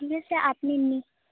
ঠিক আছে আপনি